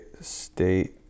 state